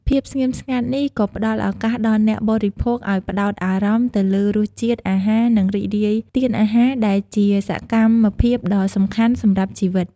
ភាពស្ងៀមស្ងាត់នេះក៏ផ្តល់ឱកាសដល់អ្នកបរិភោគឱ្យផ្តោតអារម្មណ៍ទៅលើរសជាតិអាហារ និងរីករាយទានអាហារ ដែលជាសកម្មភាពដ៏សំខាន់សម្រាប់ជីវិត។